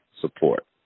support